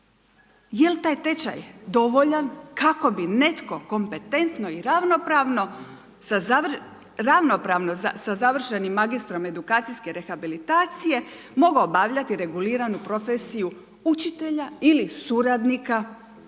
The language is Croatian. jel' taj tečaj dovoljan kako bi netko kompetentno i ravnopravno sa završenim magistrom edukacijske rehabilitacije mogao obavljati reguliranu profesiju učitelja ili suradnika